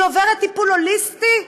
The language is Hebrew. היא עוברת טיפול הוליסטי?